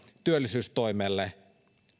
työllisyystoimelle